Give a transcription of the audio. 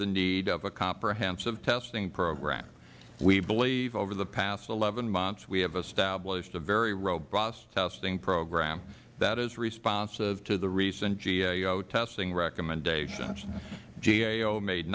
the need of a comprehensive testing program we believe over the past eleven months we have established a very robust testing program that is responsive to the recent gao testing recommendations gao made